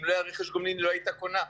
אם לא היה רכש גומלין היא לא הייתה קונה.